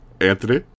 Anthony